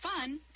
fun